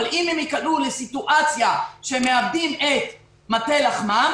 אבל אם הם ייקלעו לסיטואציה שהם מאבדים את מטה לחמם